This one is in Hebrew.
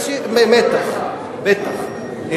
בטח, בטח.